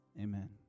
amen